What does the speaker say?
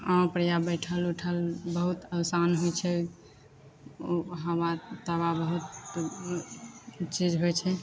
आम पर बैठल उठल बहुत आसान होइत छै हबा तबा बहुत चीज होइत छै